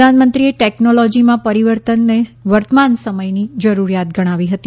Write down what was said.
પ્રધાનમંત્રીએ ટેકનોલોજીમાં પરિવર્તનને વર્તમાન સમયની જરૂરિયાત ગણાવી હતી